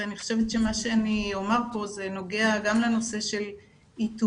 אני חושבת שמה שאני אומר פה נוגע גם לנושא של איתור,